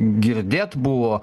girdėt buvo